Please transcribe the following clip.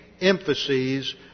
emphases